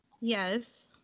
Yes